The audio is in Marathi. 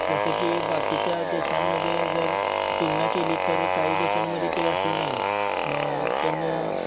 जसं की बाकीच्या देशांमध्ये जर तुलना केली तर काही देशांमध्ये ते असे नाही मग पण